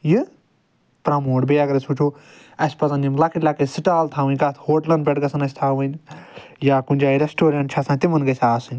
یہِ پرموٹ بیٚیہِ اگر أسۍ وٕچھو اسہِ پزن یِم لۄکٕٹۍ لۄکٕٹۍ سٹال تھاوٕنۍ تتھ ہوٹلن پٮ۪ٹھ گژھن اسہِ تھاوٕنۍ یا کُنہِ جایہِ رٮ۪سٹورنٹ چھِ آسان تِمن گژھِ آسٕنۍ